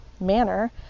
manner